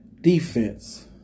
Defense